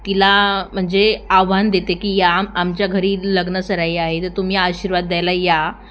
तिला म्हणजे आव्हान देते की या आमच्या घरी लग्नसराई आहे तर तुम्ही आशीर्वाद द्यायला या